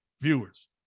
viewers